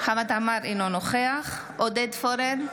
חמד עמאר, אינו נוכח עודד פורר,